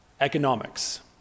economics